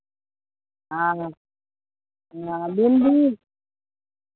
हँ भिण्डी